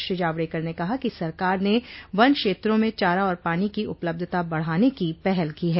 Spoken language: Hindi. श्री जावडेकर ने कहा कि सरकार ने वन क्षेत्रों में चारा और पानी की उपलब्धता बढाने की पहल की है